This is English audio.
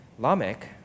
Lamech